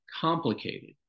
complicated